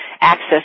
access